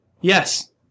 yes